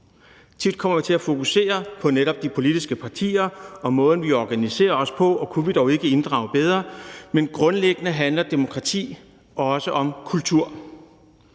Tit kommer vi til at fokusere på netop de politiske partier og måden, vi organiserer os på, og kunne vi dog ikke inddrage folk bedre? Men grundlæggende handler demokrati også om kultur.